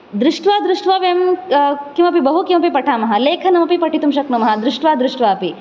दृष्ट्वा दृष्ट्वा वयं किमपि बहु किमपि पठामः लेखनमपि पठितुं शक्नुमः दृष्ट्वा दृष्ट्वा अपि